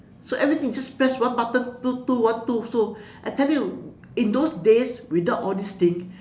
so everything you just press one button two two one two so I tell you in those days without all these thing